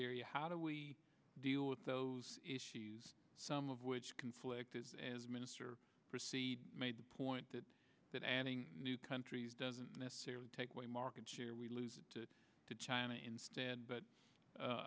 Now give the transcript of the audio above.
area how do we deal with those issues some of which conflict is as minister proceed made the point that that adding new countries doesn't necessarily take away market share we lose it to china instead but